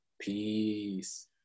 Peace